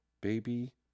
Baby